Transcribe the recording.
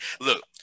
look